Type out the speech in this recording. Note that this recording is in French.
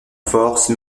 force